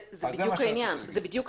זה בדיוק העניין.